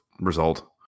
result